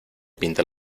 pinta